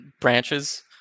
branches